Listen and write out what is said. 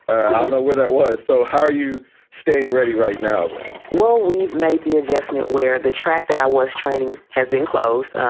i don't know whether it was. so how are you staying ready right now? well, we've made the adjustment where the track that i was training has been closed,